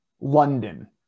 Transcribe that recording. London